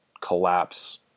collapse